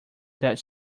that